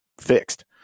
fixed